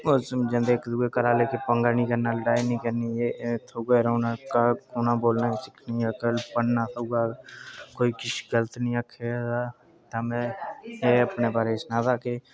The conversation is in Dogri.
न्हाड़े चक्करें च मिगी बी मार पेई गेई